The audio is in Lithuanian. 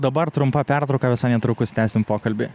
dabar trumpa pertrauka visai netrukus tęsim pokalbį